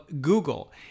Google